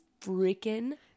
freaking